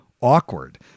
awkward